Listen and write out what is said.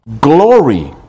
glory